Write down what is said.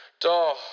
Duh